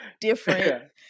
different